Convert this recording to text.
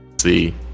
See